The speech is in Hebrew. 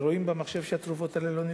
ורואים במחשב שהתרופות האלה לא נלקחו.